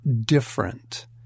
different